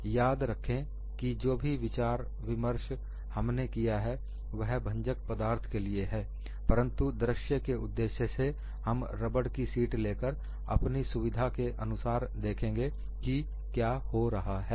यह याद रखें कि जो भी हमने विचार विमर्श किया है वह भंजक पदार्थ के लिए है परंतु दृश्य के उद्देश्य से हम रबड़ की सीट लेकर अपनी सुविधा के अनुसार देखेंगे कि क्या हो रहा है